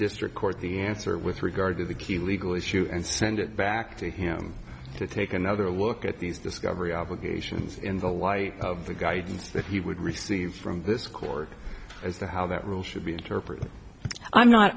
district court the answer with regard to the key legal issue and send it back to him to take another look at these discovery obligations in the light of the guidance that he would receive from this court as to how that rule should be interpreted i'm not